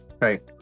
Right